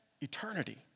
eternity